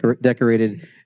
decorated